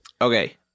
Okay